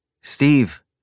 Steve